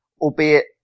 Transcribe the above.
Albeit